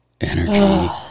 energy